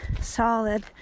solid